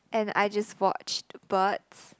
and I just watched birds